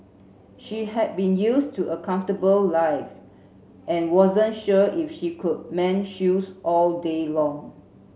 she had been used to a comfortable life and wasn't sure if she could mend shoes all day long